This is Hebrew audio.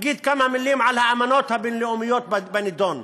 אגיד כמה מילים על האמנות הבין-לאומיות בנדון,